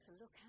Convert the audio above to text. look